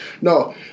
No